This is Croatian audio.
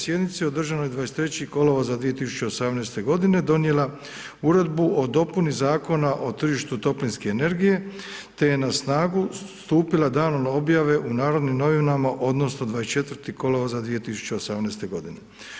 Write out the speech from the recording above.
Sjednici održanoj 23. kolovoza 2018. godine donijela Uredbu o dopuni Zakona o tržištu toplinske energije te je na snagu stupila danom objave u Narodnim novinama odnosno 24. kolovoza 2018. godine.